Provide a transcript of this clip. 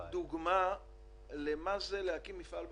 דוגמה למשמעות של להקים מפעל בפריפריה.